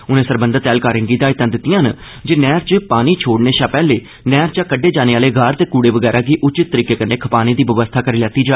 उनें सरबंधत ऐहलकारें गी हिदायतां दित्तिआं जे नैहर च पानी छोड़ने शा पैहले नैहर चा कड्डे जाने आहले गार ते कूड़े वगैरा गी उचित तरीके कन्नै खपाने दी बवस्था करी लैती जा